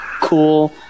cool